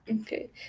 Okay